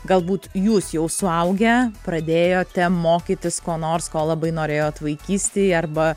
galbūt jūs jau suaugę pradėjote mokytis ko nors ko labai norėjot vaikystėj arba